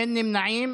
אין נמנעים.